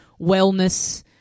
wellness